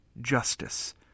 justice